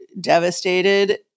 devastated